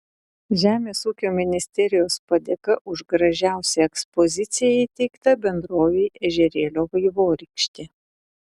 žemės ūkio ministerijos padėka už gražiausią ekspoziciją įteikta bendrovei ežerėlio vaivorykštė